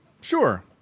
Sure